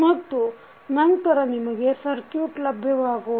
ಮತ್ತು ನಂತರ ನಿಮಗೆ ಸಕ್ರ್ಯುಟ್ ಲಭ್ಯವಾಗುವುದು